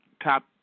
top